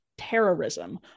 terrorism